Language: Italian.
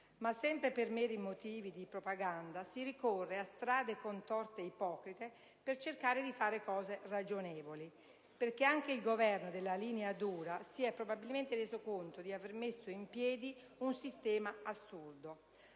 sempre per meri motivi di propaganda, si ricorre a strade contorte e ipocrite per cercare di fare cose ragionevoli, perché anche il Governo della linea dura si è probabilmente reso conto di aver messo in piedi un sistema assurdo.